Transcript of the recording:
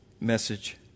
message